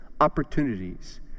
opportunities